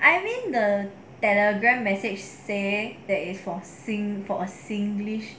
I mean the telegram message say that is for a sing~ for a singlish